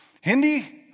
Hindi